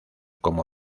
como